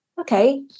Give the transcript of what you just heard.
okay